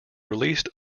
released